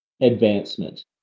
advancement